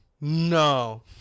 No